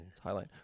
Highlight